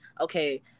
Okay